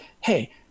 hey